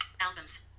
albums